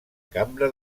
cambra